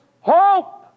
hope